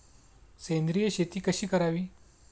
सेंद्रिय शेती कशी करावी?